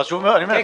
חשוב מאוד.